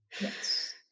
Yes